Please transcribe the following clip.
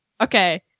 Okay